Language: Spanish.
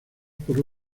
por